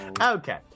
Okay